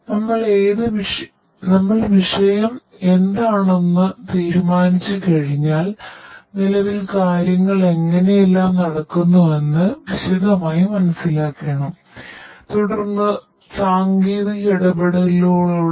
നമ്മൾ വിഷയം എന്താണെന്നു തീരുമാനിച്ചു കഴിഞ്ഞാൽ നിലവിൽ കാര്യങ്ങൾ എങ്ങനെയെല്ലാം നടക്കുന്നുവെന്ന് വി ശദമായി മനസിലാക്കേണ്ടതുണ്ട്